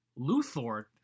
Luthor